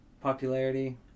Popularity